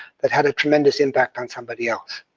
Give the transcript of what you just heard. that had a tremendous impact on somebody else.